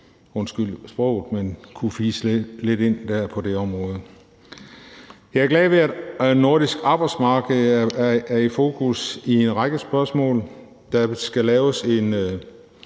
undskyld sproget – kunne fise lidt ind. Jeg er glad ved, at det nordiske arbejdsmarked er i fokus i en række spørgsmål. Der skal laves en